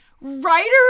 writer